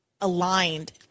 aligned